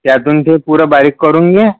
त्यातून पुरं बारीक करून घे